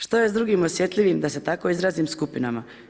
Što je s drugim osjetljivim, da se tako izrazim, skupinama?